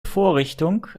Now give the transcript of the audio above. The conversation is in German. vorrichtung